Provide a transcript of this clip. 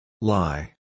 Lie